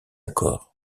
corps